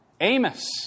Amos